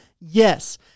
Yes